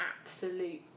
absolute